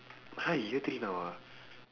!huh! he year three now ah